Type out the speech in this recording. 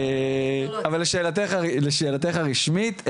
אבל לשאלת הרשמית,